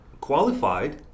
qualified